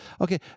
Okay